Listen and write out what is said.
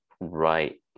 right